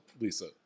Lisa